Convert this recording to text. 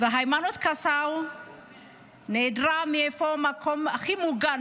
היימנוט קסאו נעדרה מהמקום הכי מוגן,